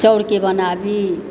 चाउरके बनाबी